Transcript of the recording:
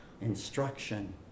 instruction